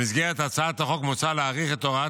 במסגרת הצעת החוק מוצע להאריך את הוראת